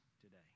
today